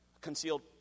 concealed